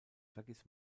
vergiss